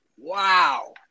Wow